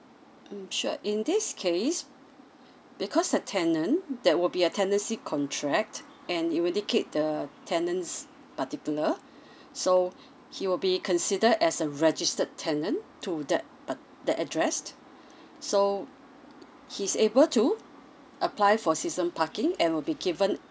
mm sure in this case because a tenant there will be a tenancy contract and it'll indicate the tenant's particular so he will be considered as a registered tenant to that par~ that address so he's able to apply for season parking and will be given